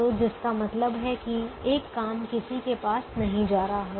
तो जिसका मतलब है कि एक काम किसी के पास नहीं जा रहा है